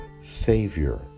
Savior